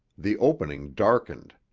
the opening darkened.